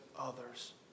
others